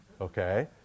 okay